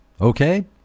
Okay